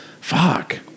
fuck